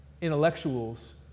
intellectuals